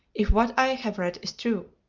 if what i have read is true.